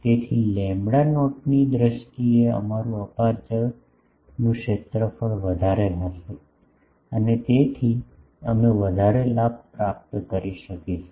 તેથી lambda naught ની દ્રષ્ટિએ અમારું અપેરચ્યોરનું ક્ષેત્રફળ વધારે રહેશે અને તેથી અમે વધારે લાભ પ્રાપ્ત કરી શકીશું